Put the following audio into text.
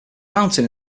mountain